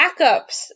backups